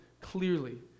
clearly